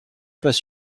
pas